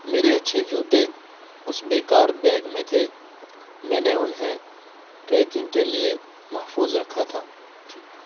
میرے اچھے جوتے اس بےکار بیگ میں تھے میں نے انہیں ٹریکنگ کے لیے محفوظ رکھا تھا ٹھیک